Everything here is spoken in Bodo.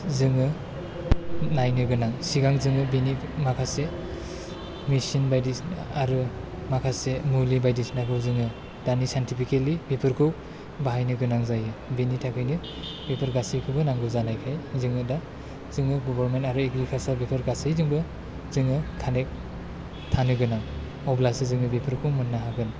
जोङो नायनो गोनां सिगां जोङो बेनि माखासे मिचिन बायदिसिना आरो माखासे मुलि बायदिसिनाखौ जोङो दानि साइन्थिफिकेलि बेफोरखौ बाहायनो गोनां जायो बेनि थाखायनो बेफोर गासैखौबो नांगौ जानायखाय जोङो दा जोङो गभारमेन्ट आरो एग्रिकालसार बेफोर गासैबो जोङो कानेक्ट थानो गोनां अब्लासो जोङो बेफोरखौ मोन्नो हागोन